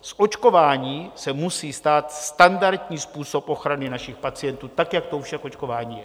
Z očkování se musí stát standardní způsob ochrany našich pacientů tak, jak to je u všech očkování.